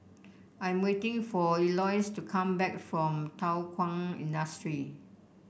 i am waiting for Elois to come back from Thow Kwang Industry